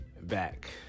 back